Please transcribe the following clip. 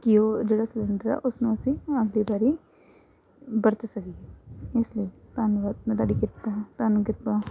ਕਿ ਉਹ ਜਿਹੜਾ ਸਲੰਡਰ ਆ ਉਸਨੂੰ ਅਸੀਂ ਅਗਲੀ ਵਾਰ ਵਰਤ ਸਕੀਏ ਇਸ ਲਈ ਧੰਨਵਾਦ ਮੈਂ ਤੁਹਾਡੀ ਕਿਰਪਾ ਤੁਹਾਨੂੰ ਕਿਰਪਾ